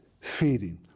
feeding